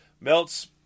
Melt's